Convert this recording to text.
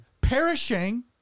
perishing